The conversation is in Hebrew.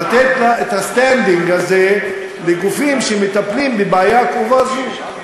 לתת את ה-standing הזה לגופים שמטפלים בבעיה הכאובה הזאת,